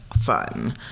fun